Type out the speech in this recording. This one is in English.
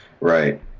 right